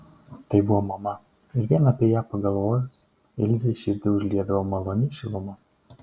tai buvo mama ir vien apie ją pagalvojus ilzei širdį užliedavo maloni šiluma